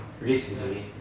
Recently